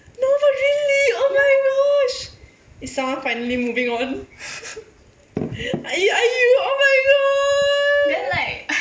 not but really oh my gosh is someone finally moving on are are you oh my god